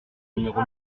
numéro